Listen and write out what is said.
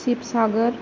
Sibsagar